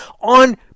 On